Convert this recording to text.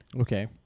Okay